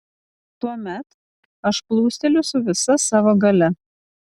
tuomet aš plūsteliu su visa savo galia